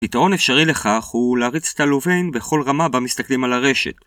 פתרון אפשרי לכך הוא להריץ את הלוביין בכל רמה בה מסתכלים על הרשת